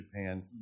Japan